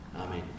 Amen